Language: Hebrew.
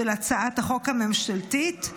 של הצעת החוק הממשלתית,